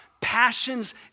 passions